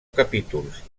capítols